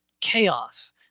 chaos